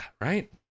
right